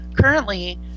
currently